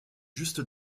juste